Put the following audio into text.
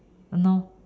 !hannor!